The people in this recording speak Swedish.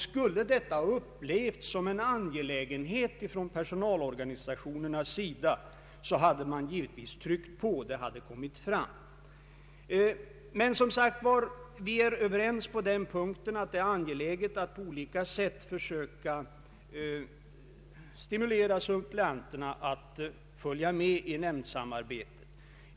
Skulle detta ha upplevts som en angelägenhet på personalorganisationernas sida, hade man givetvis tryckt på. Men, som sagt, herr Tistad och jag är överens om att det är angeläget att på olika sätt försöka stimulera suppleanterna att följa med i nämndsamarbetet.